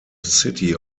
city